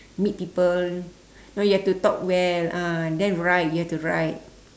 meet people no you have to talk well ah then write you have to write